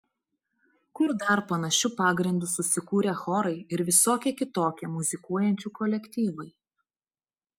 kur dar panašiu pagrindu susikūrę chorai ir visokie kitokie muzikuojančių kolektyvai